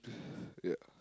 ya